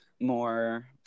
more